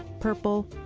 purple.